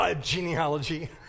genealogy